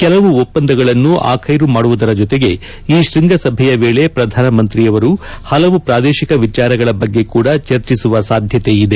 ಕೆಲವು ಒಪ್ಪಂದಗಳ ಆಖ್ಯೆರು ಮಾಡುವುದರ ಜೊತೆಗೆ ಈ ಶ್ವಂಗ ಸಭೆಯ ವೇಳೆ ಪ್ರಧಾನಿಯವರು ಹಲವು ಪ್ರಾದೇಶಿಕ ವಿಚಾರಗಳ ಬಗ್ಗೆ ಕೂಡ ಚರ್ಚಿಸುವ ಸಾಧ್ಯತೆ ಇದೆ